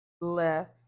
left